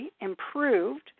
improved